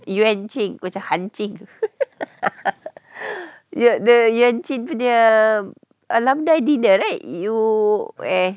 yuan ching macam hancing the the yuan ching punya alumni dinner right you eh